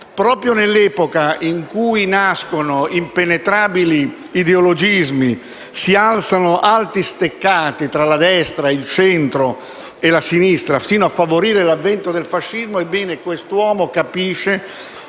proprio nell'epoca in cui nascono impenetrabili ideologismi e si alzano alti steccati tra la destra, il centro e la sinistra fino a favorire l'avvento del fascismo, capisce